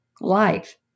Life